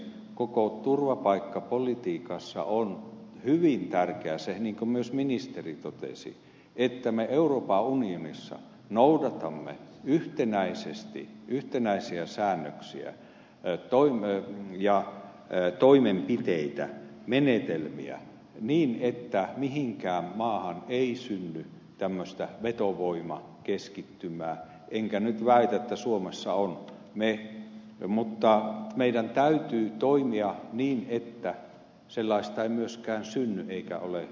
koko turvapaikkapolitiikassa on hyvin tärkeää se niin kuin myös ministeri totesi että me euroopan unionissa noudatamme yhtenäisesti yhtenäisiä säännöksiä ja toimenpiteitä menetelmiä niin että mihinkään maahan ei synny tämmöistä vetovoimakeskittymää enkä nyt väitä että suomessa sellainen on mutta meidän täytyy toimia niin että sellaista ei myöskään synny eikä ole siihen vaaraa